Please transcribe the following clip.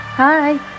Hi